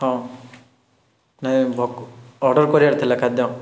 ହଁ ନାଇଁ ଭ ବ ଅର୍ଡ଼ର କରିବା ଥିଲା ଖାଦ୍ୟ